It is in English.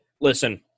Listen